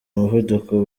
umuvuduko